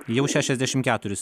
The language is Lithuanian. jau šešiasdešimt keturis